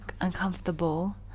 uncomfortable